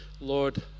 Lord